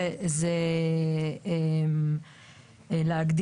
זה לא טוב.